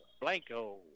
Blanco